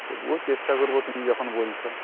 তবুও চেষ্টা করবো তুমি যখন বলছো